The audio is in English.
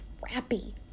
crappy